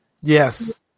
Yes